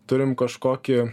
turim kažkokį